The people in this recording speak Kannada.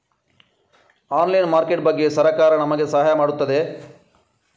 ಆನ್ಲೈನ್ ಮಾರ್ಕೆಟ್ ಬಗ್ಗೆ ಸರಕಾರ ನಮಗೆ ಸಹಾಯ ಮಾಡುತ್ತದೆ?